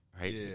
Right